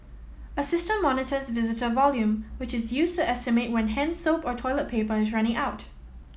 a system monitors visitor volume which is used to estimate when hand soap or toilet paper is running out